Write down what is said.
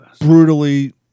brutally